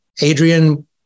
Adrian